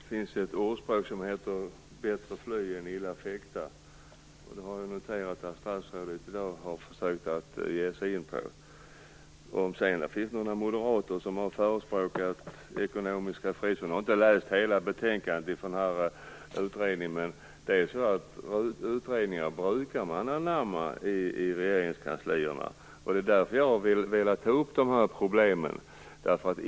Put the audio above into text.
Fru talman! Det finns ett ordspråk som lyder "Bättre fly än illa fäkta". Jag har noterat att statsrådet har försökt att ge sig in på det i dag. Det kanske finns moderater som har förespråkat ekonomiska frizoner. Jag har inte läst hela betänkandet från utredningen, men jag vet att man brukar anamma utredningar i regeringskanslierna. Det är därför jag har velat ta upp problemen.